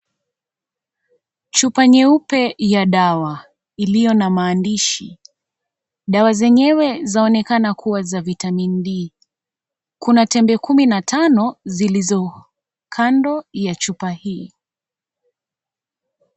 Chupa nyeupe ya dawa, iliyo na maandishi, dawa zenyewe zaonekana kuwa za( vitamin D) kuna Tempe kumi na tano, zilizo kando ya chupa hii.